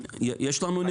יש לנו נתונים?